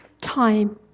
time